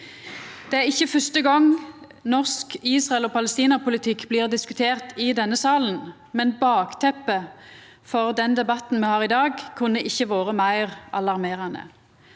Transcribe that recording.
Det er ikkje første gongen norsk Israel–Palestina-politikk blir diskutert i denne salen, men bakteppet for den debatten me har i dag, kunne ikkje vore meir alarmerande.